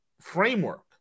framework